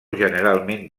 generalment